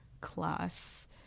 class